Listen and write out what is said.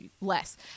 less